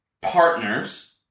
partners